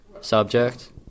subject